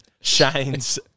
Shane's